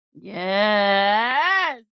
Yes